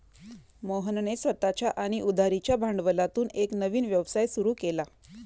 मोहनने स्वतःच्या आणि उधारीच्या भांडवलातून एक नवीन व्यवसाय सुरू केला